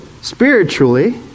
Spiritually